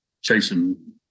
chasing